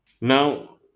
Now